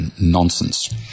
nonsense